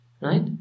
Right